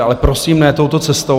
Ale prosím, ne touto cestou.